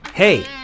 Hey